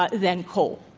ah than coal.